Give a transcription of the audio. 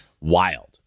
wild